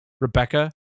Rebecca